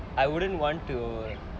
I wouldn't want to